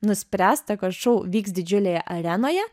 nuspręsta kad šou vyks didžiulėje arenoje